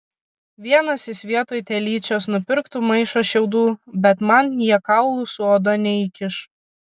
vienas jis vietoj telyčios nupirktų maišą šiaudų bet man jie kaulų su oda neįkiš